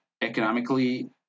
economically